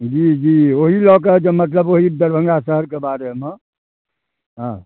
जी जी ओहि लऽ कऽ जे मतलब ओहि दरभङ्गा शहरके बारेमे हँ